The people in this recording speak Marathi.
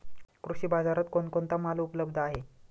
कृषी बाजारात कोण कोणता माल उपलब्ध आहे?